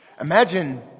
Imagine